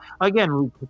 Again